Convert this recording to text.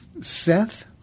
Seth